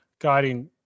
guiding